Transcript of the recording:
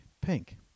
pink